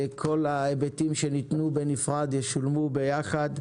כל ההיבטים שניתנו בנפרד יינתנו ביחד.